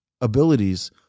abilities